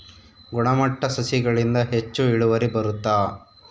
ಗುಣಮಟ್ಟ ಸಸಿಗಳಿಂದ ಹೆಚ್ಚು ಇಳುವರಿ ಬರುತ್ತಾ?